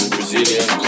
Brazilian